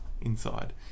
inside